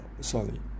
sorry